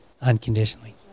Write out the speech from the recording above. unconditionally